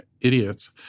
idiots